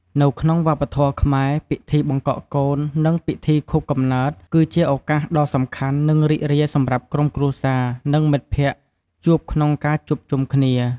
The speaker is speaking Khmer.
នៅក្នុងវប្បធម៌ខ្មែរ ពិធីបង្កក់កូន និងពិធីខួបកំណើត គឺជាឱកាសដ៏សំខាន់ និងរីករាយសម្រាប់ក្រុមគ្រួសារ និងមិត្តភក្តិជួបក្នុងការជួបជុំគ្នា។